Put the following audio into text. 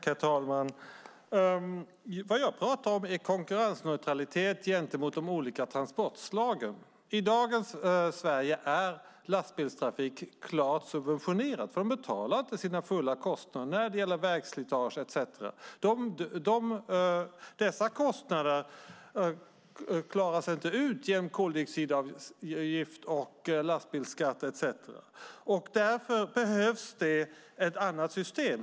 Herr talman! Vad jag pratar om är konkurrensneutralitet gentemot de olika transportslagen. I dagens Sverige är lastbilstrafiken klart subventionerad, för den betalar inte sina fulla kostnader för vägslitage etcetera. Dessa kostnader klaras inte ut genom koldioxidavgift, lastbilsskatt etcetera. Därför behövs det ett annat system.